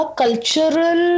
cultural